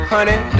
Honey